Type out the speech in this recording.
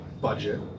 budget